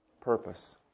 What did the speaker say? Purpose